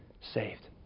saved